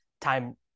time